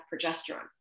progesterone